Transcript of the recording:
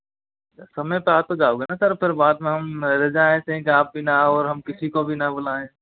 समय पे आ तो जाओगे ना सर फिर बाद में हम रह जाएँ ऐसे ही आप भी ना आओ और हम किसी को भी ना बुलाएँ